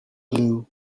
blue